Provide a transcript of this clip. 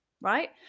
right